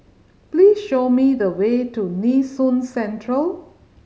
please show me the way to Nee Soon Central